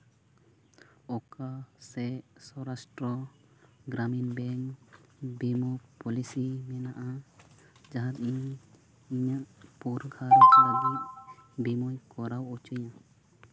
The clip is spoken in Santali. ᱚᱠᱟ ᱥᱮ ᱥᱳᱨᱟᱥᱴᱨᱚ ᱜᱨᱟᱢᱤᱱ ᱵᱮᱝᱠ ᱵᱤᱢᱟᱹ ᱯᱚᱞᱤᱥᱤ ᱢᱮᱱᱟᱜᱼᱟ ᱡᱟᱦᱟᱸ ᱤᱧ ᱤᱧᱟᱹᱜ ᱯᱩᱨᱟᱹ ᱜᱷᱟᱸᱨᱚᱧ ᱞᱟᱹᱜᱤᱫ ᱵᱤᱢᱟᱹᱧ ᱠᱚᱨᱟᱣ ᱦᱚᱪᱚᱭᱟ